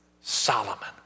Solomon